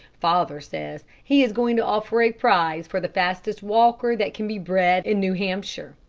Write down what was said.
father says he is going to offer a prize for the fastest walker that can be bred in new hampshire.